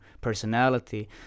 personality